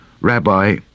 Rabbi